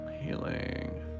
Healing